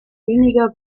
weniger